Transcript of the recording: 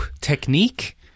technique